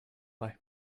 play